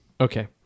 okay